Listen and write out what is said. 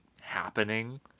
happening